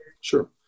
Sure